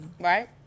right